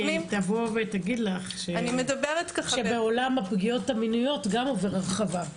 תבוא ותגיד לך שעולם הפגיעות המיניות גם עובר הרחבה,